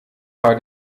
war